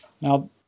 Now